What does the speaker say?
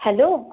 hello